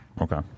Okay